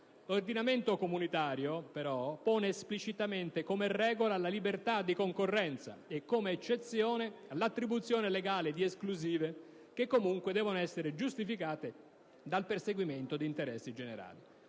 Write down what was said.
L'ordinamento comunitario, però, pone esplicitamente come regola la libertà di concorrenza e come eccezione l'attribuzione legale di esclusive, che comunque devono essere giustificate dal perseguimento di interessi generali.